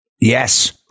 Yes